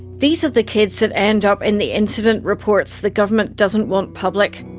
these are the kids that end up in the incident reports the government doesn't want public.